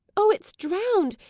oh, it's drowned!